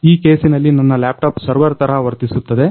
ಈ ಕೇಸಿನಲ್ಲಿ ನನ್ನ ಲ್ಯಾಪ್ಟಾಪ್ ಸರ್ವೆರ್ ತರಹ ವರ್ತಿಸುತ್ತದೆ